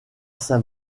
saint